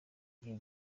gihe